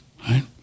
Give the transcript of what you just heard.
right